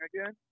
again